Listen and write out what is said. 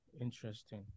interesting